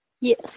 Yes